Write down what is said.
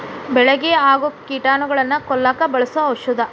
ಬೆಳಿಗೆ ಆಗು ಕೇಟಾನುಗಳನ್ನ ಕೊಲ್ಲಾಕ ಬಳಸು ಔಷದ